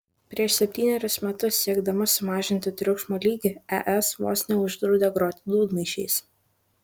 prieš septynerius metus siekdama sumažinti triukšmo lygį es vos neuždraudė groti dūdmaišiais